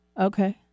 Okay